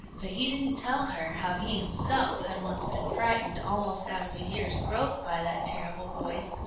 but he didn't tell her how he himself had once been frightened almost out of a year's growth by that terrible voice,